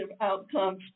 outcomes